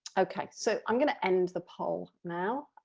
okay, so i'm going to end the poll now,